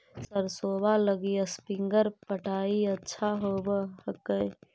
सरसोबा लगी स्प्रिंगर पटाय अच्छा होबै हकैय?